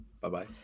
Bye-bye